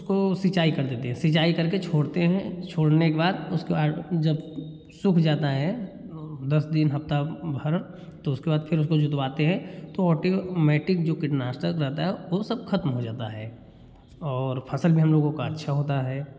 उसको सिंचाई कर देते है सिंचाई करके छोड़ते है छोड़ने के बाद उसका जब सूख जाता है दस दिन हफ्ता भर तो उसके बाद फ़िर उसको जुतवाते हैं तो आटोमेटिक जो कीटनाशक रहता है वह सब खत्म हो जाता है और फसल भी हम लोगों का अच्छा होता है